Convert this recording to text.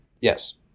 Yes